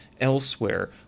elsewhere